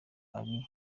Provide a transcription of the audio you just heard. ariko